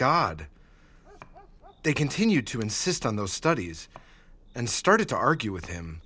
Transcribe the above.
god they continued to insist on those studies and started to argue with him